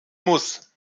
muss